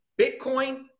Bitcoin